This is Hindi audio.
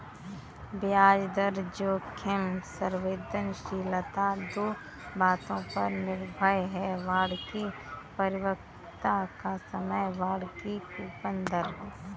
ब्याज दर जोखिम संवेदनशीलता दो बातों पर निर्भर है, बांड की परिपक्वता का समय, बांड की कूपन दर